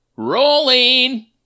Rolling